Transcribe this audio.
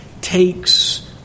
takes